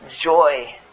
joy